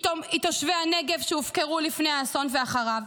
היא תושבי הנגב שהופקרו לפני האסון ואחריו,